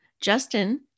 Justin